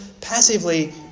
passively